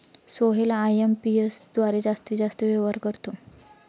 Sohail IMPS द्वारे जास्तीत जास्त व्यवहार करतो